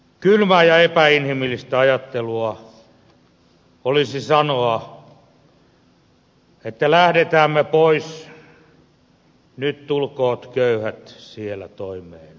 kylmää ja epäinhimillistä ajattelua olisi sanoa että lähdetään me pois nyt tulkoot köyhät siellä toimeen keskenään